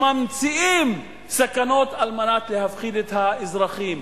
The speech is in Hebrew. שממציאים סכנות כדי להפחיד את האזרחים,